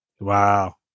Wow